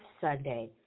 Sunday